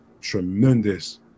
tremendous